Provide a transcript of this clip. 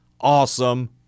Awesome